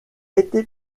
été